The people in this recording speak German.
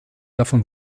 davon